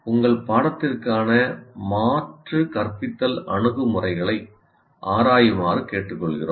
உங்கள் பாடத்திற்க்கான மாற்று கற்பித்தல் அணுகுமுறைகளை ஆராயுமாறு கேட்டுக்கொள்கிறோம்